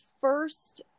first